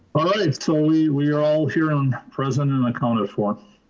all right, so we we are all here and present and accounted for.